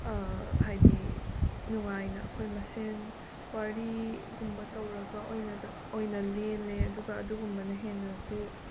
ꯍꯥꯏꯗꯤ ꯅꯨꯡꯉꯥꯏꯅ ꯑꯩꯈꯣꯏ ꯃꯁꯦꯟ ꯋꯥꯔꯤꯒꯨꯝꯕ ꯇꯧꯔꯒ ꯑꯣꯏꯅꯒ ꯑꯣꯏꯅ ꯂꯦꯜꯂꯦ ꯑꯗꯨꯒ ꯑꯗꯨꯒꯨꯝꯕꯅ ꯍꯦꯟꯅꯁꯨ